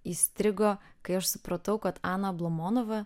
įstrigo kai aš supratau kad ana ablamonova